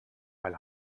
weil